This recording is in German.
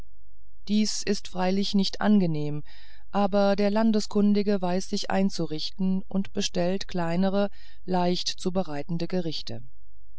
dies ist freilich nicht angenehm aber der landeskundige weiß sich einzurichten und bestellt kleinere leichter zu bereitende gerichte